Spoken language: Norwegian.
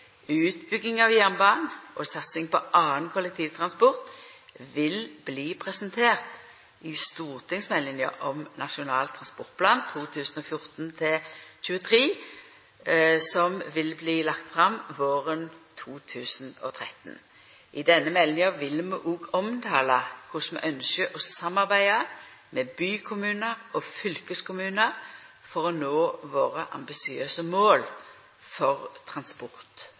utbygging av jernbanen og satsing på annan kollektivtransport vil bli presenterte i stortingsmeldinga om Nasjonal transportplan 2014–2023, som vil bli lagd fram våren 2013. I denne meldinga vil vi òg omtala korleis vi ynskjer å samarbeida med bykommunar og fylkeskommunar for å nå våre ambisiøse mål for